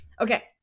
Okay